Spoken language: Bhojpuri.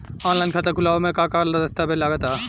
आनलाइन खाता खूलावे म का का दस्तावेज लगा ता?